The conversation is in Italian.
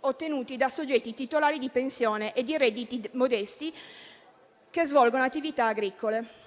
ottenuti da soggetti titolari di pensione e di redditi modesti che svolgono attività agricole.